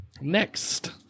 next